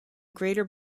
greater